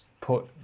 put